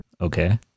Okay